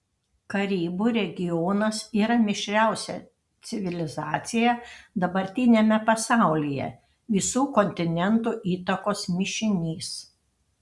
karibų regionas yra mišriausia civilizacija dabartiniame pasaulyje visų kontinentų įtakos mišinys